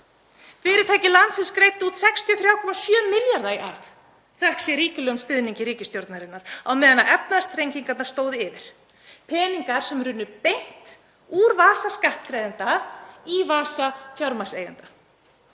Fyrirtæki landsins greiddu út 63,7 milljarða í arð, þökk sé ríkulegum stuðningi ríkisstjórnarinnar, á meðan efnahagsþrengingarnar stóðu yfir, peningar sem runnu beint úr vasa skattgreiðenda í vasa fjármagnseigenda.